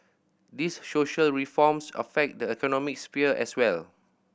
these social reforms affect the economic sphere as well